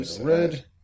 Red